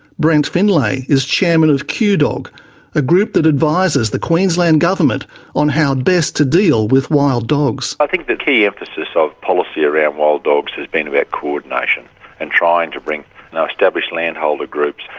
brent finlay is chairman of qdog, a group that advises the queensland government on how best to deal with wild dogs. i think the key emphasis of policy around wild dogs has been about coordination and trying to bring established landholder groups,